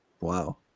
Wow